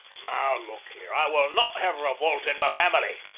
now, look here! i will not have revolt in my family.